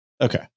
Okay